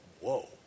whoa